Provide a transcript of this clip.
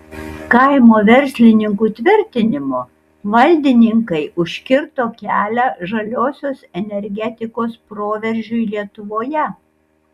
kaimo verslininkų tvirtinimu valdininkai užkirto kelią žaliosios energetikos proveržiui lietuvoje